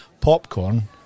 popcorn